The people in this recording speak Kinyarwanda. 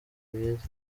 myiza